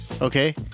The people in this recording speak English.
Okay